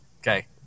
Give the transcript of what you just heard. Okay